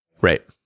Right